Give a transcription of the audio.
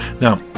Now